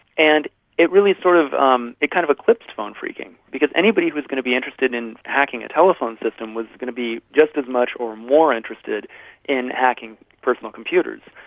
and it really sort of um kind of eclipsed phone phreaking, because anybody who is going to be interested in hacking a telephone system was going to be just as much or more interested in hacking personal computers.